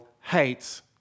hates